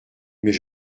mais